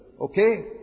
Okay